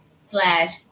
slash